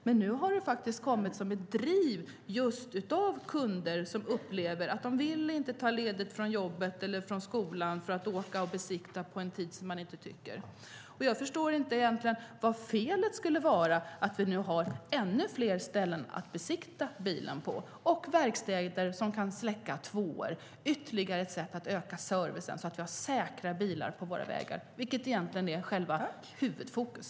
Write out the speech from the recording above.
Men nu har det kommit genom ett driv av kunder som inte vill behöva ta ledigt från jobbet eller skolan för att åka och besiktiga bilen. Jag förstår heller inte vad felet skulle vara med att vi nu har ännu fler ställen att besiktiga bilen på och att det finns verkstäder som kan släcka tvåor. Det är ytterligare ett sätt att öka servicen, så att vi har säkra bilar på våra vägar, vilket är själva huvudfokus.